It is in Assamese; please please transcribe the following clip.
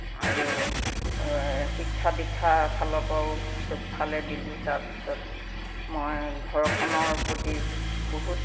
আৰু শিক্ষা দীক্ষাৰ ফালৰপৰাও চবফালে দিলোঁ তাৰপিছত মই ঘৰখনৰ প্ৰতি বহুত